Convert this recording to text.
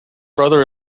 brother